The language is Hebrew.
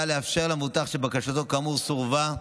לאפשר למבוטח שבקשתו כאמור סורבה,